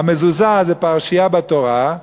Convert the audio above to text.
המזוזה זה פרשייה בתורה,